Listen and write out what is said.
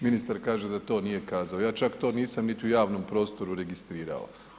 Ministar kaže da to nije kazao, ja čak to nisam niti u javnom prostoru registrirao.